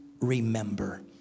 remember